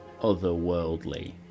otherworldly